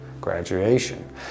graduation